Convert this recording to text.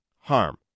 harm